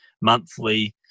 monthly